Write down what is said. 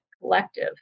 Collective